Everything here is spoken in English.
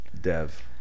dev